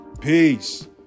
peace